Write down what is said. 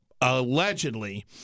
allegedly